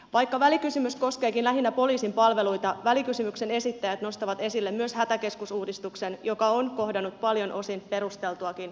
vaikka välikysymys koskeekin lähinnä poliisin palveluita välikysymyksen esittäjät nostavat esille myös hätäkeskusuudistuksen joka on kohdannut paljon osin perusteltuakin kritiikkiä